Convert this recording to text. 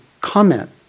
comment